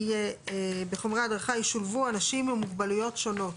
אנחנו אומרים שבחומרי ההדרכה ישולבו אנשים עם מוגבלויות שונות.